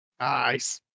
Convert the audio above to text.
Nice